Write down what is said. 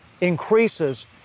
increases